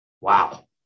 Wow